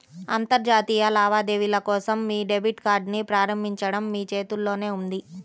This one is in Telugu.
అంతర్జాతీయ లావాదేవీల కోసం మీ డెబిట్ కార్డ్ని ప్రారంభించడం మీ చేతుల్లోనే ఉంది